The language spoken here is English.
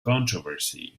controversy